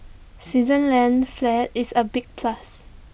Switzerland's flag is A big plus